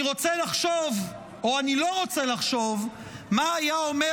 אני רוצה לחשוב או אני לא רוצה לחשוב מה היה אומר